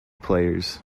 players